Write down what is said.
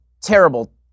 terrible